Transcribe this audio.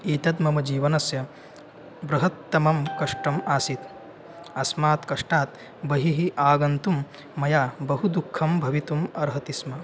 एतत् मम जीवनस्य बृहत्तमं कष्टम् आसीत् अस्मात् कष्टात् बहिः आगन्तुं मया बहु दुःखं भवितुम् अर्हति स्म